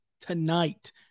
tonight